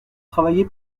travaillé